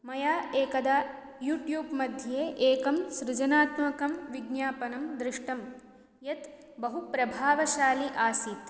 मया एकदा यूट्यूब् मध्ये एकं सृजनात्मकं विज्ञापनं दृष्टं यत् बहुप्रभावशाली आसीत्